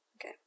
Okay